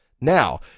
Now